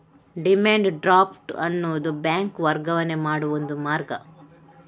demand draft ಅನ್ನುದು bank ವರ್ಗಾವಣೆ ಮಾಡುವ ಒಂದು ಮಾರ್ಗ